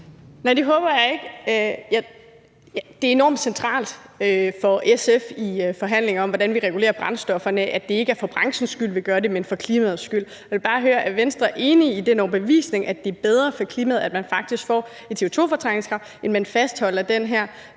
Nej, det håber jeg ikke. Det er enormt centralt for SF i forhandlingerne om, hvordan vi regulerer brændstofferne, at det ikke er for branchens skyld, vi gør det, men for klimaets skyld, og jeg vil bare høre: Er Venstre enig i den overbevisning, at det er bedre for klimaet, at man faktisk får et CO2-fortrængningskrav, end at man fastholder den her